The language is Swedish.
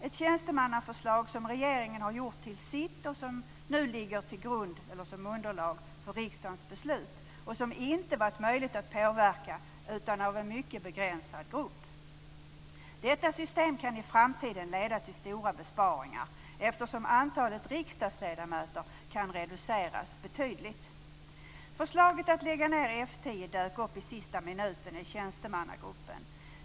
Ett tjänstemannaförslag som regeringen gjort till sitt ligger nu som underlag för riksdagens beslut och har inte varit möjligt att påverka utanför en mycket begränsad grupp. Detta system kan i framtiden leda till stora besparingar, eftersom antalet riksdagsledamöter kan reduceras betydligt. Förslaget att lägga ned F 10 dök upp i sista minuten i tjänstemannagruppen.